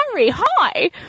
hi